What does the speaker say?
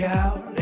out